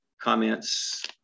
comments